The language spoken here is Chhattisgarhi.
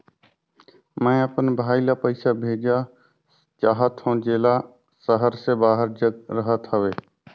मैं अपन भाई ल पइसा भेजा चाहत हों, जेला शहर से बाहर जग रहत हवे